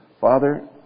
Father